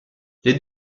les